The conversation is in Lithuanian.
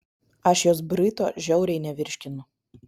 aš jos bryto žiauriai nevirškinu